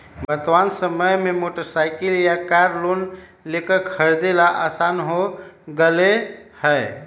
वर्तमान समय में मोटर साईकिल या कार लोन लेकर खरीदे ला आसान हो गयले है